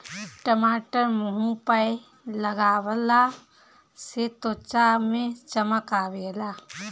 टमाटर मुंह पअ लगवला से त्वचा में चमक आवेला